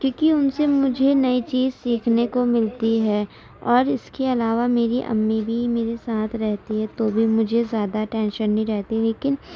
کیونکہ ان سے مجھے نئی چیز سیکھنے کو ملتی ہے اور اس کے علاوہ میری امی بھی میرے ساتھ رہتی ہے تو بھی مجھے زیادہ ٹینشن نہیں رہتی لیکن